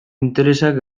interesak